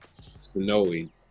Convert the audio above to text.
snowy